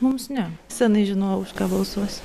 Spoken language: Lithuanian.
mums ne seniai žinojau už ką balsuosiu